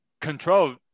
control